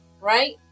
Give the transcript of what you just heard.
right